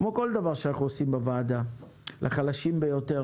כמו כל דבר שאנחנו עושים בוועדה לחלשים ביותר,